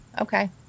Okay